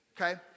Okay